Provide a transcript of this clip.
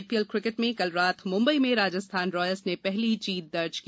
आई P L cricket में कल रात मुंबई में राजस्थान रॉयल्स ने पहली जीत दर्ज की